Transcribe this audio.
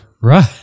Right